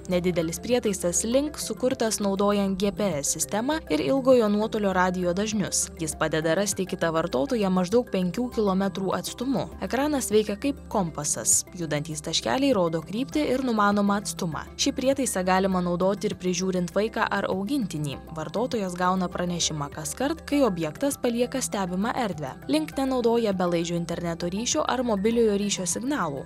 nedidelis prietaisas link sukurtas naudojant gps sistemą ir ilgojo nuotolio radijo dažnius jis padeda rasti kitą vartotoją maždaug penkių kilometrų atstumu ekranas veikia kaip kompasas judantys taškeliai rodo kryptį ir numanomą atstumą šį prietaisą galima naudoti ir prižiūrint vaiką ar augintinį vartotojas gauna pranešimą kaskart kai objektas palieka stebimą erdvę link nenaudoja belaidžio interneto ryšio ar mobiliojo ryšio signalų